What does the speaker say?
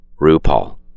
RuPaul